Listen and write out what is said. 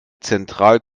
zentral